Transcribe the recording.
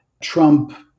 Trump